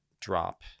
drop